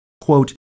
quote